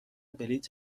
بلیط